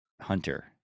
hunter